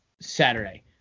saturday